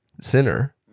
sinner